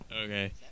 okay